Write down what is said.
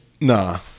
Nah